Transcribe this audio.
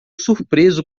surpreso